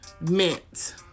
Mint